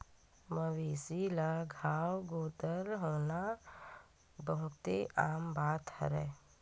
मवेशी ल घांव गोदर होना बहुते आम बात हरय